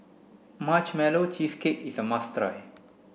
marshmallow cheesecake is a must try